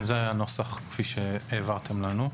זהו הנוסח כפי שהעברתם לנו.